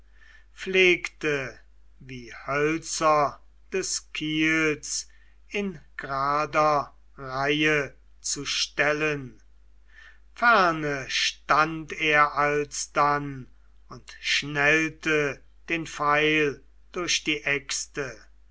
pflegte wie hölzer des kiels in grader reihe zu stellen ferne stand er alsdann und schnellte den pfeil durch die äxte